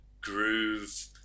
groove